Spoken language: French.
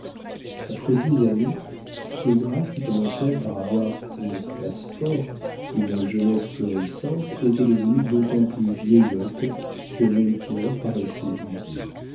après dix années ces grâces qui commencèrent par avoir pour passe-port une jeunesse florissante étaient devenues d'autant plus vieillottes que melchior paraissait usé